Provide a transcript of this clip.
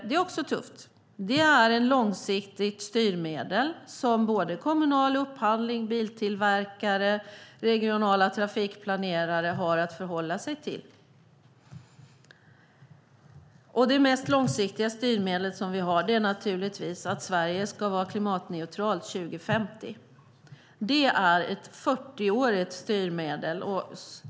Det är ett långsiktigt styrmedel som kommunal upphandling, biltillverkare och regionala trafikplanerare har att förhålla sig till. Det mest långsiktiga styrmedel vi har är att Sverige ska vara klimatneutralt 2050. Det är ett 40-årigt styrmedel.